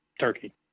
turkey